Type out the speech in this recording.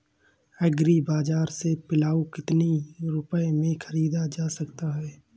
Agree बाजार से पिलाऊ कितनी रुपये में ख़रीदा जा सकता है?